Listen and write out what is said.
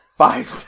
Five